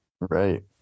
Right